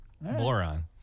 Boron